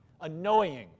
annoying